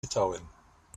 litauen